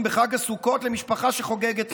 בחג הסוכות למשפחה שחוגגת את החג בסוכה.